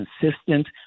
consistent